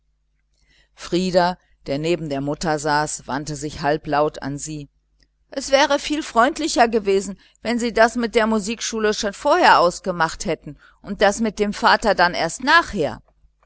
frieder der neben der mutter saß wandte sich halblaut an sie es wäre viel freundlicher gewesen wenn sie das mit der musikschule schon vorher ausgemacht hätten und das mit dem vater erst nachher